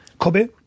kobe